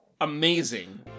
amazing